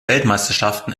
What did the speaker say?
weltmeisterschaften